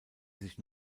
sich